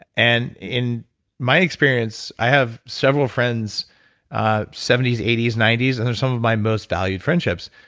ah and in my experience, i have several friends ah seventy s, eighty s, ninety s, and those are some of my most valued friendships.